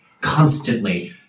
constantly